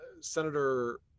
senator